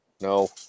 No